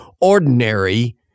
ordinary